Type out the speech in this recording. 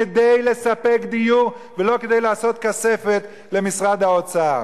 כדי לספק דיור ולא כדי לעשות כספת למשרד האוצר.